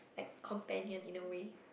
like companion in a way